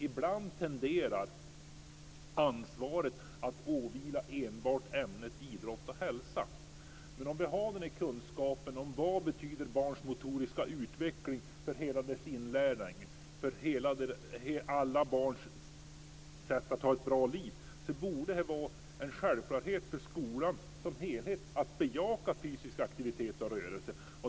Ibland tenderar ansvaret att åvila enbart ämnet idrott och hälsa. Men om vi har kunskapen om vad barns motoriska utveckling betyder för hela deras inlärning, för alla barns sätt att ha ett bra liv, borde det vara en självklarhet för skolan som helhet att bejaka fysisk aktivitet och rörelse.